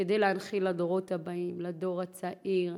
כדי להנחיל לדורות הבאים, לדור הצעיר,